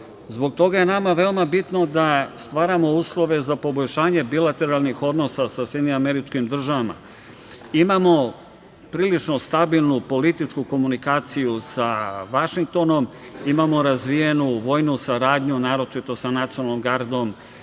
Zbog toga je nama veoma bitno da stvaramo uslove za poboljšanje bilateralnih odnosa sa SAD.Imamo prilično stabilnu političku komunikaciju sa Vašingtonom, imamo razvijenu vojnu saradnju, naročito sa Nacionalnom gardom